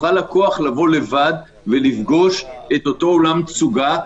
לבוא לבד ולפגוש את אותו אולם תצוגה.